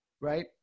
right